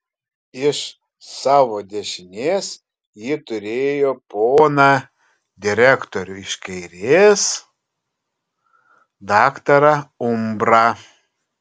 iš savo dešinės ji turėjo poną direktorių iš kairės daktarą umbrą